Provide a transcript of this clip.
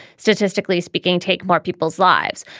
statistically speaking, take more people's lives.